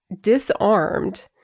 disarmed